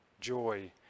joy